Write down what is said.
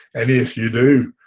and yes, you do